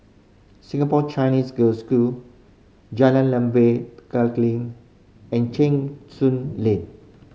Singapore Chinese Girls' School Jalan Lembah and Cheng Soon Lane